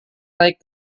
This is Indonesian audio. naik